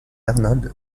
arnold